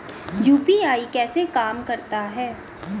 UPI कैसे काम करता है?